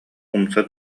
умса